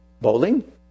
Bowling